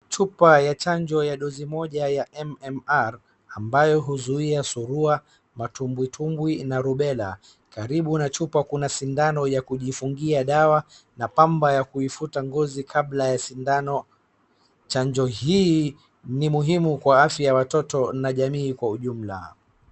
Chupa ya chanjo ya dozi moja ya MMR , ambayo huzuia surua, matumbwitumbwi na rubela. Karibu na chupa kuna sindano ya kujifungia dawa na pamba ya kuifuta ngozi kabla ya sindano. Chanjo hii ni muhimu kwa afya ya watoto na jamii kwa ujumla.